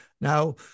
Now